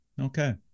okay